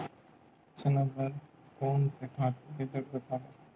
चना बर कोन से खातु के जरूरत हवय?